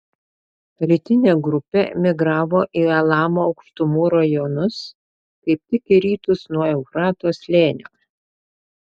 rytinė grupė migravo į elamo aukštumų rajonus kaip tik į rytus nuo eufrato slėnio